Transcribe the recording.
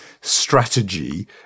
strategy